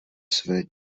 své